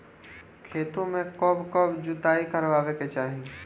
खेतो में कब कब जुताई करावे के चाहि?